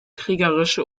kriegerische